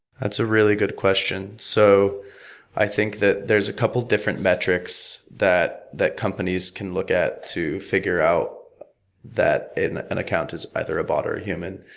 that's a really good question. so i think that there's a couple of different metrics that that companies can look at to figure out that an an account is either a bot or a human,